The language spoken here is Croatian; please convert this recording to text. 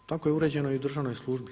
Tako je uređeno i u državnoj službi.